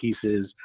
pieces